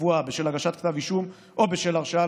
קבועה בשל הגשת כתב אישום או בשל הרשעה,